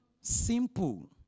Simple